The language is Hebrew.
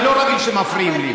אני לא רגיל שמפריעים לי.